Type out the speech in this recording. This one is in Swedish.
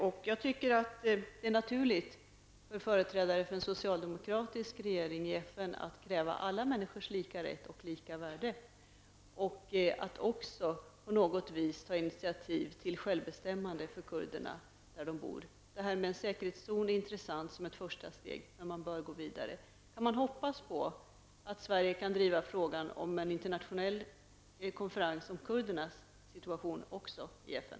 Det borde vara naturligt för företrädare för en socialdemokratisk regering att i FN kräva alla människors lika rätt och lika värde och att också på något sätt ta initiativ till självbestämmande för kurderna där de bor. En säkerhetszon är intressant som ett första steg, men man bör gå vidare. Kan man hoppas på att Sverige kan driva frågan om en internationell konferens om kurdernas situation i FN?